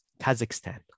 Kazakhstan